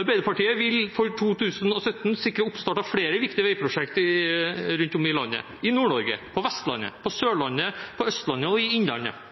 Arbeiderpartiet vil for 2017 sikre oppstart av flere viktige veiprosjekt rundt om i landet – i Nord-Norge, på Vestlandet, på Sørlandet, på Østlandet og i innlandet.